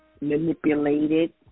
manipulated